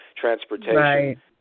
transportation